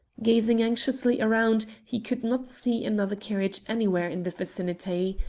gazing anxiously around, he could not see another carriage anywhere in the vicinity.